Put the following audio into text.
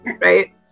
right